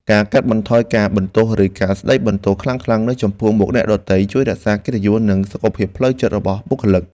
ការកាត់បន្ថយការបន្ទោសឬការស្តីបន្ទោសខ្លាំងៗនៅចំពោះមុខអ្នកដទៃ ជួយរក្សាកិត្តិយសនិងសុខភាពផ្លូវចិត្តរបស់បុគ្គលិក។